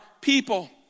people